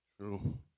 True